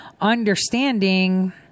understanding